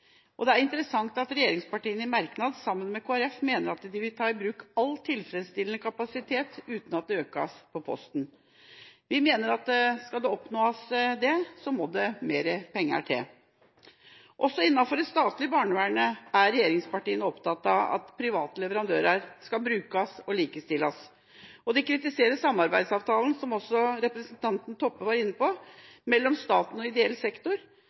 supplementer. Det er interessant at regjeringspartiene sammen med Kristelig Folkeparti i merknad mener at de vil ta i bruk alt av tilfredsstillende kapasitet uten noen økning på posten. Vi mener at skal dette oppnås, må det mer penger til. Også innenfor det statlige barnevernet er regjeringspartiene opptatt av at det skal brukes private leverandører, og at de skal likestilles. De kritiserer samarbeidsavtalen, som også representanten Toppe var inne på, mellom staten og ideell sektor